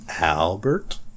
Albert